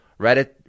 reddit